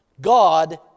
God